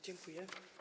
Dziękuję.